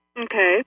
Okay